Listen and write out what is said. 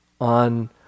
On